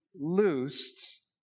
loosed